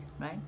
right